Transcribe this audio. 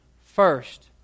first